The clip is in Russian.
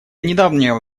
недавнего